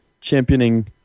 championing